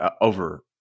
over